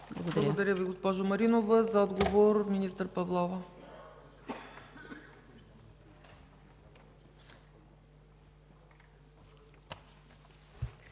Благодаря, госпожо Маринова. За отговор – министър Павлова.